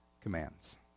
commands